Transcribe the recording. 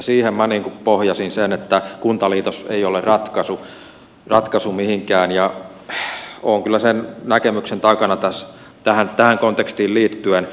siihen minä pohjasin sen että kuntaliitos ei ole ratkaisu mihinkään ja olen kyllä sen näkemyksen takana tähän kontekstiin liittyen